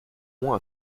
moins